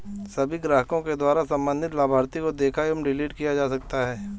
सभी ग्राहकों के द्वारा सम्बन्धित लाभार्थी को देखा एवं डिलीट किया जा सकता है